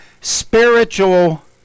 spiritual